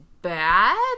Bad